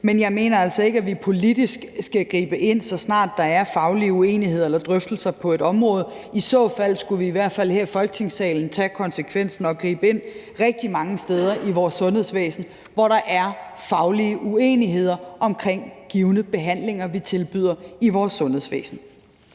Men jeg mener altså ikke, at vi politisk skal gribe ind, så snart der er faglige uenigheder eller drøftelser på et område. I så fald skulle vi i hvert fald her i Folketingssalen tage konsekvensen og gribe ind rigtig mange steder i vores sundhedsvæsen, hvor der er faglige uenigheder om givne behandlinger, som vi tilbyder i vores sundhedsvæsen.